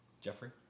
Jeffrey